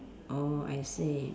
oh I see